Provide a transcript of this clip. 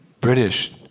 British